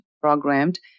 programmed